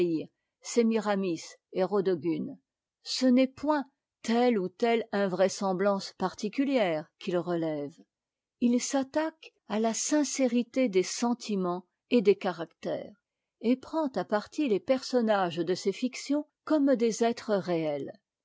sémiramis et rodogune ce n'est point telle ou telle invraisemblance particulière qu'il relève il s'attaque à la sincérité des sentiments et des caractères et prend à partie les personnages de ces fictions comme des être réets